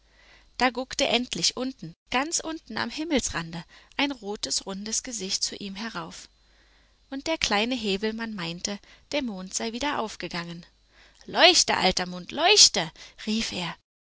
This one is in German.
da guckte endlich unten ganz unten am himmelsrande ein rotes rundes gesicht zu ihm herauf und der kleine häwelmann meinte der mond sei wieder aufgegangen leuchte alter mond leuchte rief er